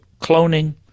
cloning